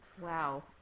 Wow